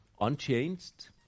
unchanged